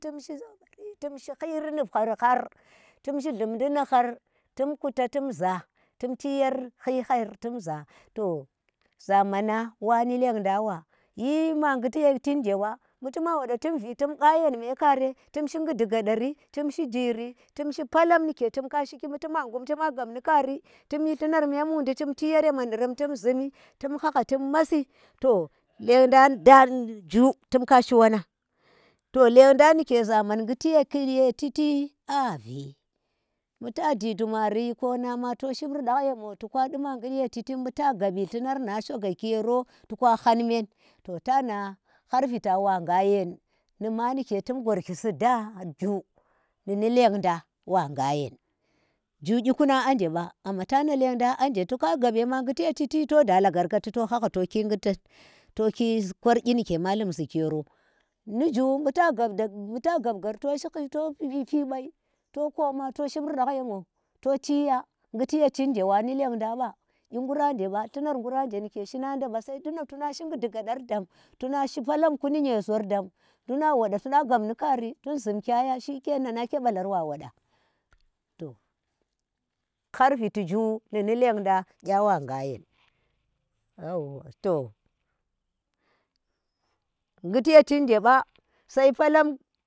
Tum shi zhu mari tumshi khiri nuf hhar hhar timshi llumudi ni hhar tum kuta tumza, tum chiyar hhi hhar tumza to zamanang wani lendang wa nyi ma ngiti ye shit jewa mu tumwa wode tum vi tum ghayen mhe kare tunshi ngumdi gadari, tunshi jiri tumshi palam nike tumka shiki bu tum wa ngum, tuna gabni kari tum shi llunar memundi chem chi yar ya manarem chem hgagha chem masi to lendang zhu tum kashi wonang to lendang nike zamam ghuti ye chit a vi bu ta ji dumari ko na ma to shib ruɗaƙh ye mo, to ka diima ghudye shiti, bu ta gabbi lhlunar na shogaki yero toka hhan men to tana hhar vita wa nga yern ndi ma ndike tum ghorki si da zhu ni ni lendang wa nga yen. Zhu kyikunang anje ba to tana lendang anje, to ka gab yema ngitiye chiti to da lagarkati tahhagha to ki ngitan to ki kor gyi ni ke malum zhiki yoro. Ndii zhu bu ta gab ghar to shi hi to pi bai, to koma to shib rulahk ye mo to ciya, nguti ye, shit je wani lengdang wa nyi ngu ra jewa llunar yaura je wa ni lendang wa sai dunu tuna shi ngi di gadar dan tuna shi palam ku ni nye zor dam tuna wadar tuna gab ni khari tun zum kya yaa, nake balar wa woda. Toh mar viti zhu ni ni lendang gha wa gha yen. Yauwa toh ghtiyechi ndeba sai falam.